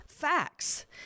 facts